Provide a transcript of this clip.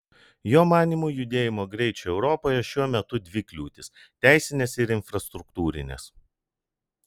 jo manymu judėjimo greičiui europoje šiuo metu dvi kliūtys teisinės ir infrastruktūrinės